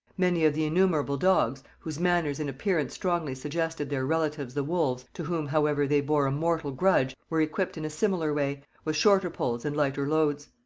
many of the innumerable dogs whose manners and appearance strongly suggested their relatives the wolves, to whom, however, they bore a mortal grudge were equipped in a similar way, with shorter poles and lighter loads.